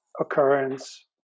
occurrence